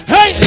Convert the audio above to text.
Hey